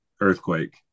Earthquake